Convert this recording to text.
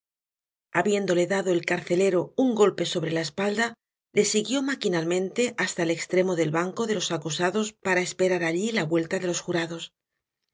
habiéndole dado el carcelero un golpe sobre la espalda le siguió maquinalmente hasta el estremo del banco de los acusados para esperar alli la vuelta de los jurados